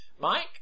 Mike